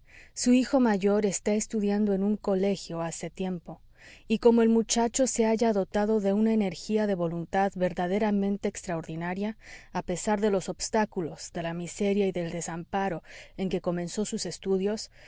su hijo mayor está estudiando en un colegio hace tiempo y como el muchacho se halla dotado de una energía de voluntad verdaderamente extraordinaria a pesar de los obstáculos de la miseria y del desamparo en que comenzó sus estudios